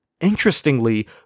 Interestingly